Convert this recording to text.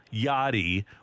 Yachty